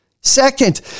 Second